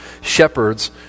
shepherd's